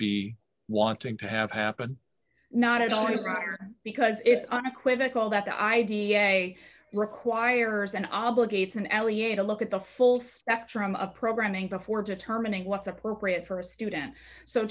be wanting to have happen not at all roger because it's unequivocal that the idea of a requires an obligates an alley here to look at the full spectrum of programming before determining what's appropriate for a student so